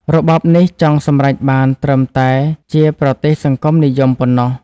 របបនេះចង់សម្រេចបានត្រឹមតែជា "ប្រទេសសង្គមនិយម" ប៉ុណ្ណោះ។